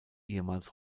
ehemals